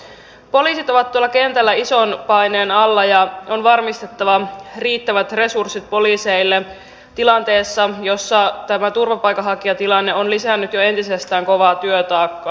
poliisit ovat tuolla kentällä ison paineen alla ja on varmistettava riittävät resurssit poliiseille tilanteessa jossa tämä turvapaikanhakijatilanne on lisännyt jo entisestään kovaa työtaakkaa